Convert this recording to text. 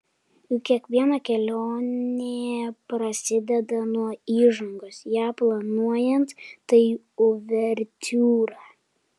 juk kiekviena kelionė prasideda nuo įžangos ją planuojant tai uvertiūra